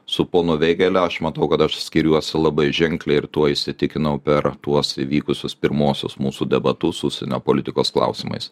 su ponu vėgele aš matau kad aš skiriuosi labai ženkliai ir tuo įsitikinau per tuos įvykusius pirmuosius mūsų debatus užsienio politikos klausimais